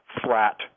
flat